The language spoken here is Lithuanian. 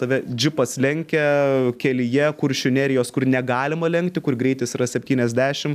tave džipas lenkia kelyje kuršių nerijos kur negalima lenkti kur greitis yra septyniasdešim